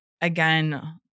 again